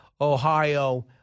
Ohio